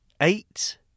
Eight